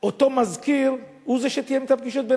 אותו מזכיר הוא שתיאם את הפגישות בין